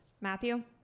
Matthew